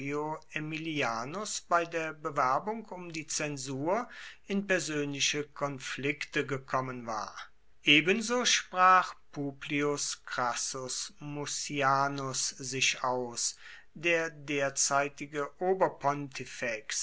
aemilianus bei der bewerbung um die zensur in persönliche konflikte gekommen war ebenso sprach publius crassus mucianus sich aus der derzeitige